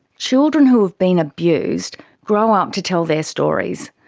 children who have been abused grow up to tell their stories.